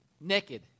naked